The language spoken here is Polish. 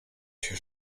się